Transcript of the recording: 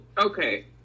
okay